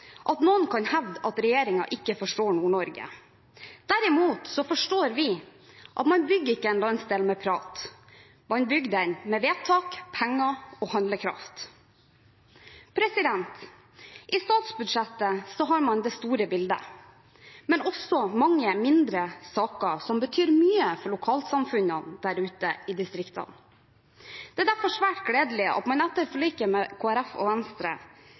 at noen kan hevde at regjeringen ikke forstår Nord-Norge. Derimot forstår vi at man ikke bygger en landsdel med prat, man bygger den med vedtak, penger og handlekraft. I statsbudsjettet har man det store bildet, men også mange mindre saker som betyr mye for lokalsamfunnene der ute i distriktene. Det er derfor svært gledelig at man etter forliket med Kristelig Folkeparti og Venstre